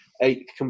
Eight